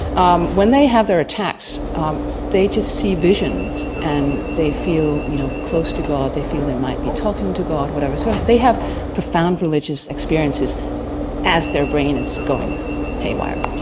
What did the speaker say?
um when they have their attacks um they just see visions and they feel you know close to god, they feel they might be talking to god, whatever, so they have profound religious experiences as their brain is going haywire.